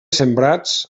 sembrats